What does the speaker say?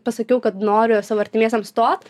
pasakiau kad noriu savo artimiesiems stot